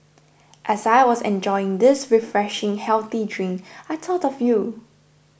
as I was enjoying this refreshing healthy drink I thought of you